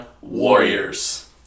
Warriors